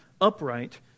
upright